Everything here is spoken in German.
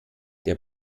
der